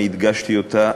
אני הדגשתי אותה,